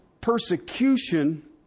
persecution